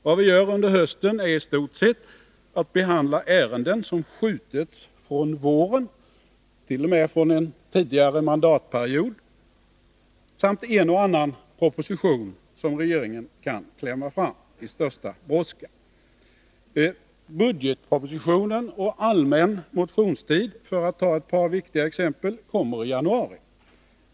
Vad vi gör under hösten är i stort sett att behandla ärenden som skjutits från våren — t.o.m. från en tidigare mandatperiod — samt en och annan proposition som regeringen kan klämma fram i största brådska. Budgetpropositionen och den allmänna motionstiden -— för att ta ett par viktiga exempel — kommer i januari.